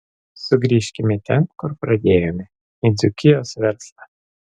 sugrįžkime ten kur pradėjome į dzūkijos verslą